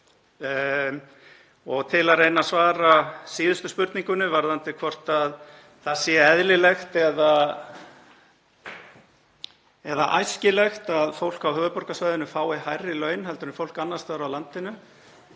til að reyna að svara síðustu spurningunni varðandi hvort það sé eðlilegt eða æskilegt að fólk á höfuðborgarsvæðinu fái hærri laun heldur en fólk annars staðar á landinu,